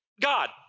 God